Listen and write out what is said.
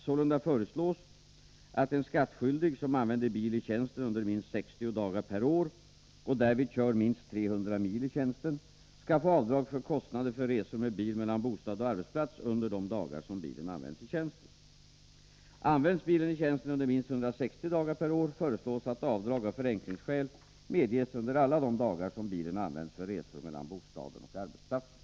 Sålunda föreslås att en skattskyldig som använder bil i tjänsten under minst 60 dagar per år och därvid kör minst 300 militjänsten skall få avdrag för kostnader för resor med bil mellan bostad och arbetsplats under de dagar som bilen används i tjänsten. Används bilen i tjänsten under minst 160 dagar per år, föreslås att avdrag av förenklingsskäl medges under alla de dagar som bilen används för resor mellan bostaden och arbetsplatsen.